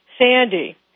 Sandy